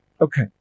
okay